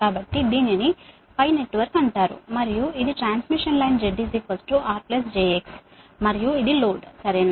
కాబట్టి దీనిని నెట్వర్క్ అంటారు మరియు ఇది transmission line Z R j X మరియు ఇది లోడ్ సరేనా